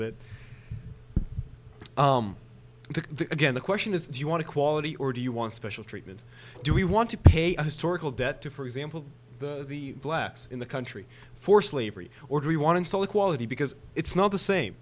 the again the question is do you want to quality or do you want special treatment do we want to pay a historical debt to for example the blacks in the country for slavery or do we want to sell equality because it's not the same